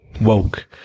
woke